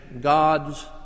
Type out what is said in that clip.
gods